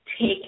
take